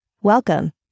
Welcome